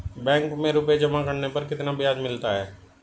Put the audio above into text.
Bank में रुपये जमा करने पर कितना ब्याज मिलता है?